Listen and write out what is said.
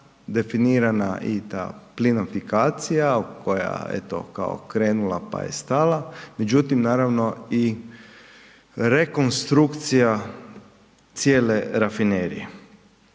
definirana i ta plinofikacija koja eto je kao krenula pa je stala međutim, naravno i rekonstrukcija cijele rafinerije